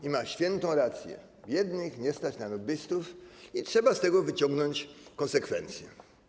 I ma świętą rację, biednych nie stać na lobbystów i trzeba z tego wyciągnąć konsekwencje.